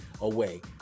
away